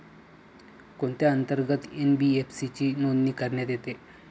कोणत्या अंतर्गत एन.बी.एफ.सी ची नोंदणी करण्यात येते?